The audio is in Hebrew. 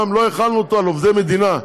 גם לא החלנו אותו על עובדי מדינה,